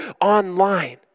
online